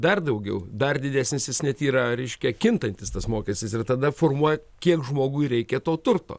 irdar daugiau dar didesnis net yra reiškia kintantis tas mokestis ir tada formuoja kiek žmogui reikia to turto